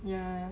ya